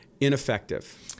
ineffective